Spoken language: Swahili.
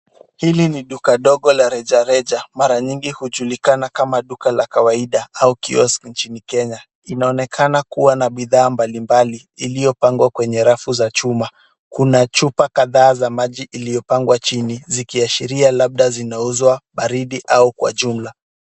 Hili ni duka dogo la rejareja mara nyingi hujulikana kama duka la kawaida au kiosk ncini Kenya. Inaonekana kuwa na bidhaa mbalimbali iliopangwa kwenye rafu za chuma. Kuna chupa kadhaa za maji iliopangwa chini zikiashiria labda zinauzwa baridi au kwa jumla.